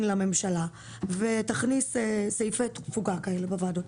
לממשלה ותכניס סעיפי תפוגה כאלה בוועדות,